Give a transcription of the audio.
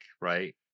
right